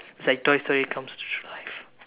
is like toy story comes to live